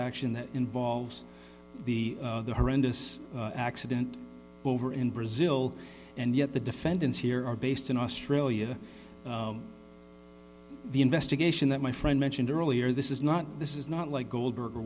action that involves the horrendous accident over in brazil and yet the defendants here are based in australia the investigation that my friend mentioned earlier this is not this is not like goldberg